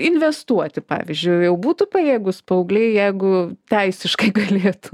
investuoti pavyzdžiui būtų pajėgūs paaugliai jeigu teisiškai galėtų